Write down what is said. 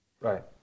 Right